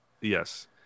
Yes